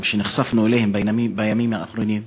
שנחשפנו אליהן בימים האחרונים,